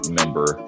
member